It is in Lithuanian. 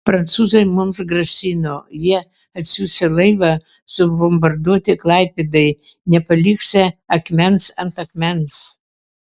prancūzai mums grasino jie atsiųsią laivą subombarduoti klaipėdai nepaliksią akmens ant akmens